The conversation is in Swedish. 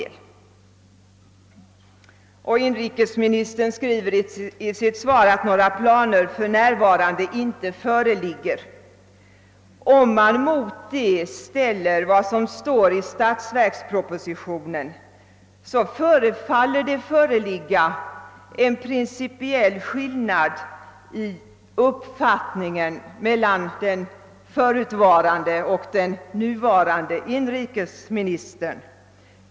Ifall man mot inrikesministerns uttalande, att några planer härvidlag för närvarande inte föreligger, ställer vad som skrivits i statsverkspropositionen, förefaller det vara en principiell skillnad i uppfattningen mellan den förutvarande och den nuvarande inrikesministern.